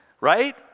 Right